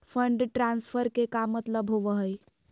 Fund transfer के का मतलब होव हई?